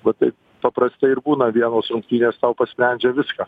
va taip paprastai ir būna vienos rungtynės tau pasprendžia viską